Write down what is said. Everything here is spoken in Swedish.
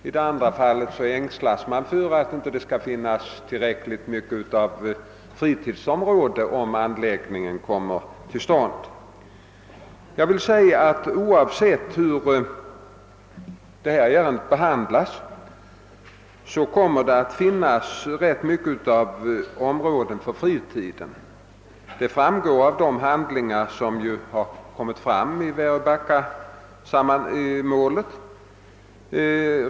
I andra fallet ängslas man för att det inte skall finnas tillräckligt stora fritidsområden, om anläggningen kommer till stånd. Jag vill svara att oavsett hur detta ärende behandlas kommer det att finnas ganska stora områden för fritidsbruk. Detta framgår av de handlingar som framkommit i samband med Väröbacka-projektet.